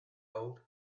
old